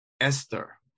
Esther